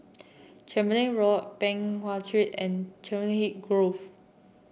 Tembeling Road Peng Nguan Street and Grove